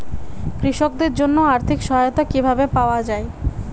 কৃষকদের জন্য আর্থিক সহায়তা কিভাবে পাওয়া য়ায়?